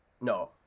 no